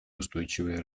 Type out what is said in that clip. устойчивое